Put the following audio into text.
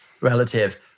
relative